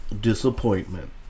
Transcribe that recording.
disappointment